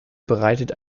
bereitet